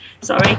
Sorry